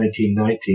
1919